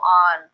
on